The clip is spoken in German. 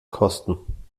kosten